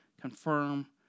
confirm